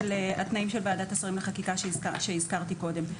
התנאים של ועדת השרים לחקיקה שהזכרתי קודם,